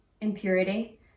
impurity